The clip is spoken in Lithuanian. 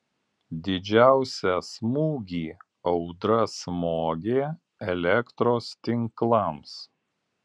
didžiausią smūgį audra smogė elektros tinklams